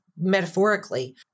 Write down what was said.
metaphorically